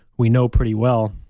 we know pretty well.